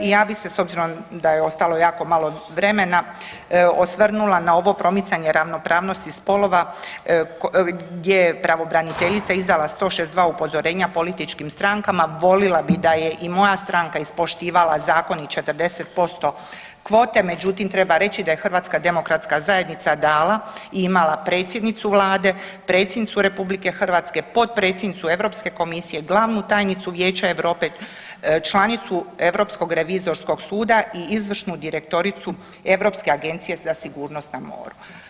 I ja bi se s obzirom da je ostalo jako malo vremena osvrnula na ovo promicanje ravnopravnosti spolova gdje je pravobraniteljica izdala 162 upozorenja političkim strankama, volila bi da je i moja stranka ispoštivala zakon i 40% kvote međutim treba reći da je HDZ dala i imala predsjednicu vlade, predsjednicu RH, potpredsjednicu Europske komisije, glavnu tajnicu Vijeća Europe, članicu Europskog revizorskog suda i izvršnu direktoricu Europske agencije za sigurnost na moru.